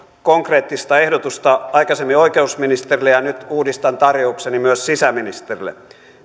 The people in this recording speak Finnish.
konkreettista ehdotusta aikaisemmin oikeusministerille ja nyt uudistan tarjoukseni myös sisäministerille